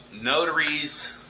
notaries